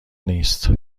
نیست